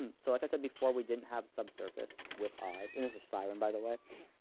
and so like i said before, we didn't have subsurface with eyes. and this is siren, by the way.